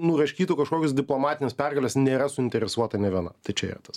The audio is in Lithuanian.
nuraškytų kažkokias diplomatines pergales nėra suinteresuota nė viena tai čia yra tas